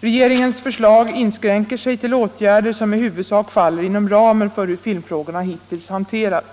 Regeringens förslag inskränker sig till åtgärder som i huvudsak faller inom ramen för hur filmfrågorna hittills hanterats.